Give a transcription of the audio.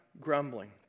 grumbling